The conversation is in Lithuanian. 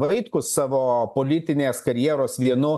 vaitkus savo politinės karjeros vienu